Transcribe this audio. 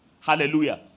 Hallelujah